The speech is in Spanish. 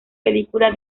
película